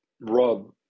Rob